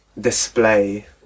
display